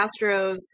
Astros